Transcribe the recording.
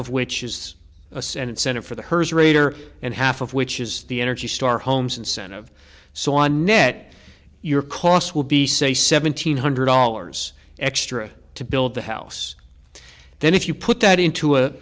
of which is an incentive for the hearse rater and half of which is the energy star homes incentive so on net your costs will be say seven thousand nine hundred dollars extra to build the house then if you put that into a